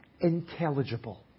intelligible